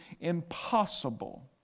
impossible